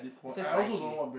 this is Nike